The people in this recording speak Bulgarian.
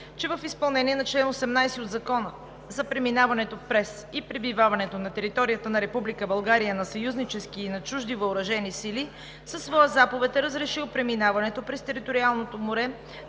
че в изпълнение на чл. 18 от Закона за преминаването през и пребиваването на територията на Република България на съюзнически и на чужди въоръжени сили със своя заповед е разрешил преминаването през териториалното море,